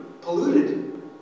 polluted